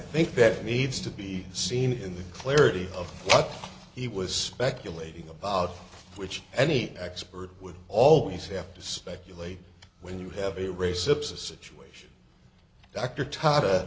think that needs to be seen in the clarity of what he was speculating about which any expert would always have to speculate when you have a re sips a situation dr tata